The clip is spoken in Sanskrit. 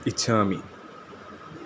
इच्छामि